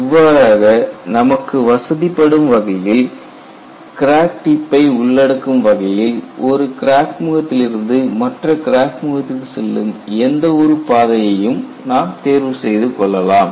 இவ்வாறாக நமக்கு வசதிப்படும் வகையில் கிராக் டிப்பை உள்ளடக்கும் வகையில் ஒரு கிராக் முகத்திலிருந்து மற்ற கிராக் முகத்திற்கு செல்லும் எந்த ஒரு பாதையையும் நாம் தேர்வு செய்துகொள்ளலாம்